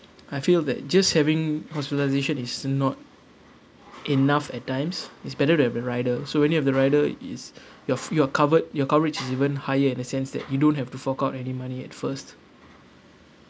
I feel that just having hospitalisation is not enough at times it's better to have your rider so when you have the rider it's your you're covered your coverage is even higher in a sense that you don't have to fork out any money at first